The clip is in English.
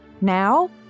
Now